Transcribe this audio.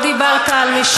לא דיברת על משילות.